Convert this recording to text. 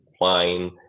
wine